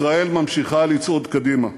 ישראל ממשיכה לצעוד קדימה,